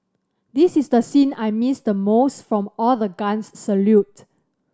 this is the scene I missed most from all the guns salute